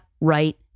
right